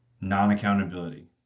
non-accountability